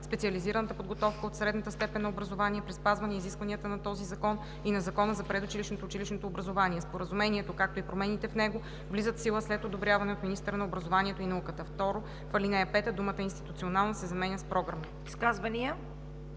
специализираната подготовка в средната степен на образование при спазване изискванията на този закон и на Закона за предучилищното и училищното образование. Споразумението, както и промените в него влизат в сила след одобряване от министъра на образованието и науката.“ 2. В ал. 5 думата „институционална“ се заменя с „програмна“.“